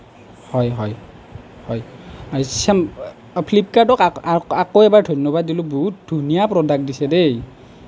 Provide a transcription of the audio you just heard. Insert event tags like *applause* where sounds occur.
হয় হয় হয় *unintelligible* ফ্লিপকাৰ্টক আকৌ এবাৰ ধন্যবাদ দিলোঁ বহুত ধুনীয়া প্ৰ'ডাক্ট দিছে দেই